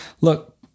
look